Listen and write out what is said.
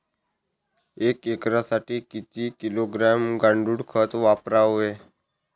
एक एकरसाठी किती किलोग्रॅम गांडूळ खत वापरावे?